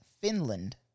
Finland